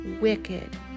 wicked